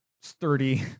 sturdy